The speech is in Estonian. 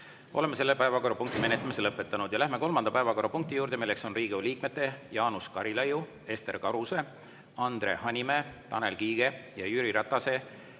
Oleme selle päevakorrapunkti menetlemise lõpetanud. Läheme kolmanda päevakorrapunkti juurde, mis on Riigikogu liikmete Jaanus Karilaidi, Ester Karuse, Andre Hanimäe, Tanel Kiige ja Jüri Ratase